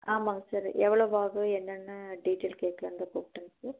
ஆமாம்ங்க சார் எவ்வளவு ஆகும் என்னன்னு டீடெயில் கேட்கலாம்னு தான் கூப்பிட்டேங்க சார்